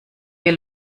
wir